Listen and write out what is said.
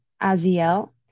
Aziel